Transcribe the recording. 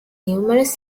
numerous